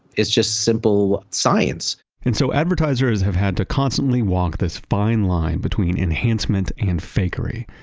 it's just simple science and so advertisers have had to constantly walk this fine line between enhancement and fakery,